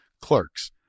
clerks